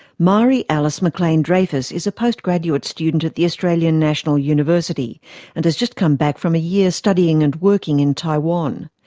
marie-alice mclean-dreyfus is a postgraduate student at the australian national university and has just come back from a year studying and working in taiwan.